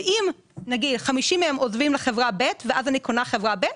אם חמישים מהם עוזבים לחברה ב' ואני קונה את חברה ב',